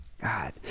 God